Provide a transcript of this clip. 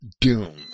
doom